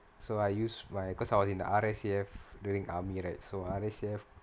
so I use my because I was in the R_S_A_F during army right so R_S_A_F